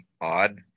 odd